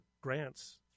grants